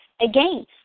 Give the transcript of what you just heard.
Again